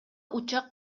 учак